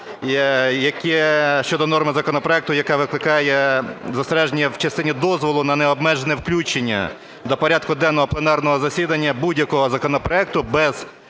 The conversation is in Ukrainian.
щодо норми законопроекту, яка викликає застереження в частині дозволу на необмежене включення до порядку денного пленарного засідання будь-якого законопроекту без